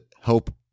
help